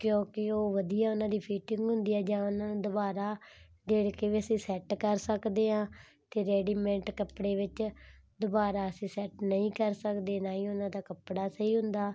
ਕਿਉਂਕਿ ਉਹ ਵਧੀਆ ਉਹਨਾਂ ਦੀ ਫਿਟਿੰਗ ਹੁੰਦੀ ਹੈ ਜਾਂ ਉਹਨਾਂ ਨੂੰ ਦੁਬਾਰਾ ਉਦੇੜ ਕੇ ਵੀ ਅਸੀਂ ਸੈਟ ਕਰ ਸਕਦੇ ਹਾਂ ਅਤੇ ਰੈਡੀਮੇਟ ਕੱਪੜੇ ਵਿੱਚ ਦੁਬਾਰਾ ਅਸੀਂ ਸੈਟ ਨਹੀਂ ਕਰ ਸਕਦੇ ਨਾ ਹੀ ਉਹਨਾਂ ਦਾ ਕੱਪੜਾ ਸਹੀ ਹੁੰਦਾ